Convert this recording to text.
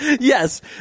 Yes